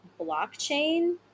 blockchain